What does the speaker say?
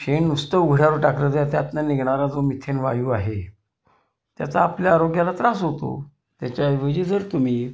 शेण नुसतं उघड्यावर टाकत त्यातून निघणारा जो मिथेन वायू आहे त्याचा आपल्या आरोग्याला त्रास होतो त्याच्याऐवजी जर तुम्ही